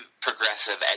progressive